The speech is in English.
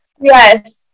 Yes